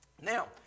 Now